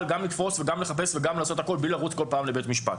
גם לתפוס וגם לחפש וגם לעשות הכול בלי לרוץ כל פעם לבית המשפט.